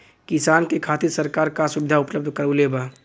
किसान के खातिर सरकार का सुविधा उपलब्ध करवले बा?